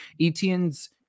Etienne's